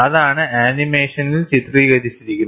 അതാണ് ആനിമേഷനിൽ ചിത്രീകരിച്ചിരിക്കുന്നത്